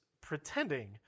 pretending